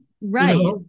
Right